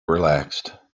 relaxed